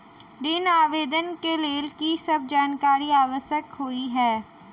ऋण आवेदन केँ लेल की सब जानकारी आवश्यक होइ है?